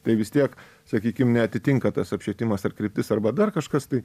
tai vis tiek sakykim neatitinka tas apšvietimas ar kryptis arba dar kažkas tai